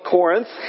Corinth